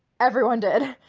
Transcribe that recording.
everyone did.